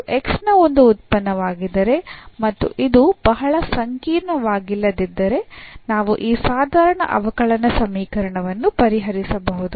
ಇದು x ನ ಒಂದು ಉತ್ಪನ್ನವಾಗಿದ್ದರೆ ಮತ್ತು ಇದು ಬಹಳ ಸಂಕೀರ್ಣವಾಗಿಲ್ಲದಿದ್ದರೆ ನಾವು ಈ ಸಾಧಾರಣ ಅವಕಲನ ಸಮೀಕರಣವನ್ನು ಪರಿಹರಿಸಬಹುದು